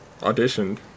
auditioned